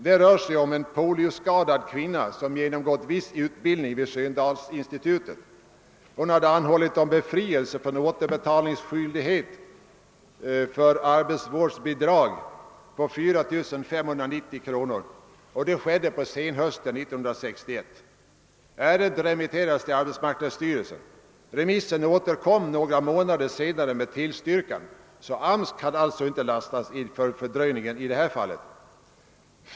Det rör sig om en polioskadad kvinna som genomgått viss utbildning vid Sköndalsinstitutet. Hon hade anhållit om befrielse från återbetalningsskyldighet för arbetsvårdsbidrag på 4 590 kr. Det skedde på senhösten 1961. Ärendet remitterades till arbetsmarknadsstyrelsen, och remissen återkom med tillstyrkan ett par månader senare. AMS kan sålunda inte lastas för någon avsevärd fördröjning.